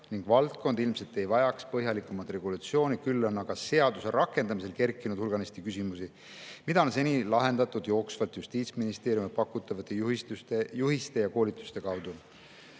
Seega valdkond ilmselt ei vajaks põhjalikumat regulatsiooni. Küll on aga seaduse rakendamisel kerkinud hulganisti küsimusi, mida on seni lahendatud jooksvalt Justiitsministeeriumi pakutud juhiste ja koolituste abil.